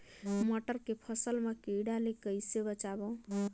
मटर के फसल मा कीड़ा ले कइसे बचाबो?